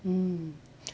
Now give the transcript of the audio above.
mm